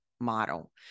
model